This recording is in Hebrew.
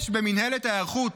יש במינהלת ההיערכות